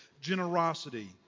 Generosity